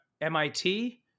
MIT